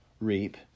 reap